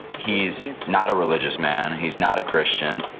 he is not a religious man, he is not a christian,